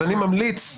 אני ממליץ,